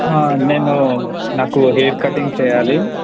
నేను నాకు hair cutting చేయాలి